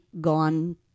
gone